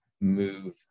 move